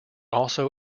also